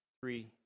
three